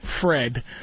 fred